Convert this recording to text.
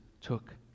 took